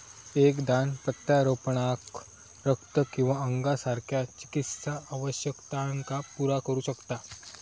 एक दान प्रत्यारोपणाक रक्त किंवा अंगासारख्या चिकित्सा आवश्यकतांका पुरा करू शकता